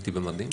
הייתי במדים,